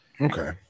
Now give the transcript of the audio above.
Okay